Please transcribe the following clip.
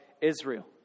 Israel